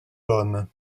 homme